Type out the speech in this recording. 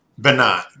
benign